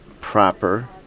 proper